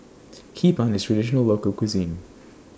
Hee Pan IS A Traditional Local Cuisine